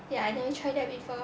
ya I never try that before